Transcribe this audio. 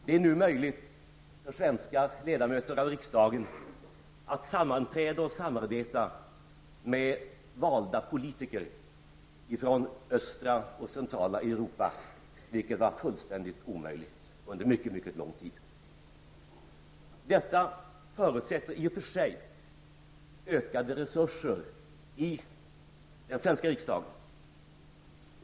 Det är nu möjligt för svenska ledamöter av riksdagen att sammanträda och samarbeta med valda politiker från östra och centrala Europa, vilket var fullständigt omöjligt under mycket lång tid. Detta förutsätter i och för sig ökade resurser i den svenska riksdagen.